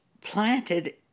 planted